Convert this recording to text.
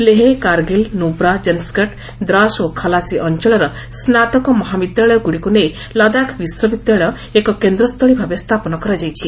ଲେହ କାର୍ଗିଲ୍ ନୁବ୍ରା ଜନ୍ସ୍କଟ୍ ଦ୍ରାସ୍ ଓ ଖଲାସୀ ଅଞ୍ଚଳର ସ୍ନାତକ ମହାବିଦ୍ୟାଳୟଗୁଡ଼ିକୁ ନେଇ ଲଦାଖ୍ ବିଶ୍ୱବିଦ୍ୟାଳୟ ଏକ କେନ୍ଦ୍ରସ୍ଥଳୀ ଭାବେ ସ୍ଥାପନ କରାଯାଇଛି